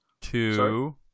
two